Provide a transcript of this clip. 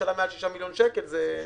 הממשלה מעל ל-6 מיליון שקל זה עובדה.